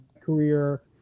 career